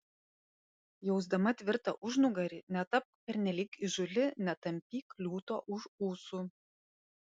jausdama tvirtą užnugarį netapk pernelyg įžūli netampyk liūto už ūsų